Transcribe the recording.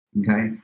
Okay